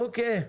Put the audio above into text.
אוקיי.